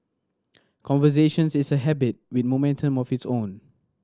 conversations is a habit with momentum of its own